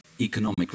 Economic